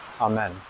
Amen